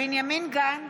בנימין גנץ,